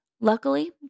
Luckily